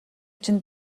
чинь